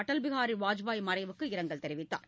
அடல் பிகாரி வாஜ்பேயி மறைவுக்கு இரங்கல் தெரிவித்தார்